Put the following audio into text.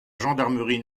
gendarmerie